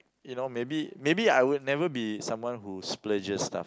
you know maybe maybe I will never be someone who splurges stuff